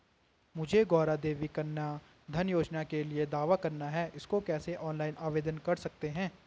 मुझे गौरा देवी कन्या धन योजना के लिए दावा करना है इसको कैसे ऑनलाइन आवेदन कर सकते हैं?